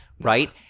right